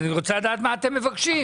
אני רוצה לדעת מה אתם מבקשים?